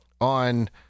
on